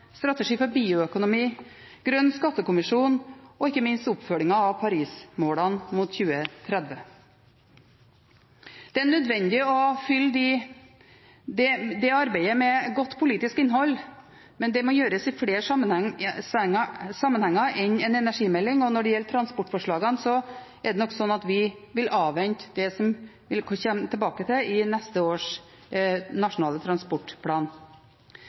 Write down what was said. strategi for bioøkonomi, grønn skattekommisjon og ikke minst oppfølgingen av Paris-målene mot 2030. Det er nødvendig å fylle det arbeidet med godt politisk innhold, men det må gjøres i flere sammenhenger enn i en energimelding. Når det gjelder transportforslagene, vil vi avvente og komme tilbake til det i neste års nasjonale transportplan. For Senterpartiet har det vært viktig at vi